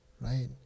right